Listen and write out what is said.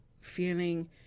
feeling